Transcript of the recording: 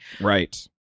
Right